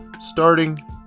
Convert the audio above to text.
starting